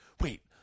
wait